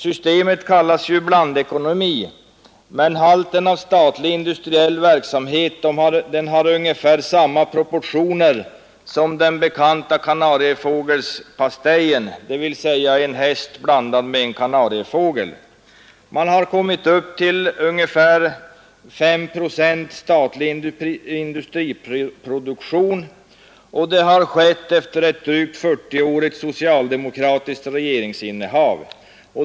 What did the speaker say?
Systemet kallas ju blandekonomi, men den statliga industriella verksamheten har ungefär samma proportioner i förhållande till det privata näringslivet som kanariefågeln i den bekanta kanariefågelpastejen, dvs. en häst blandad med en kanariefågel. Man har kommit upp till ungefär 5 procent statlig industriproduk tion, och det har skett efter ett drygt 40-årigt socialdemokratiskt regeringsinnehav.